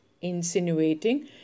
insinuating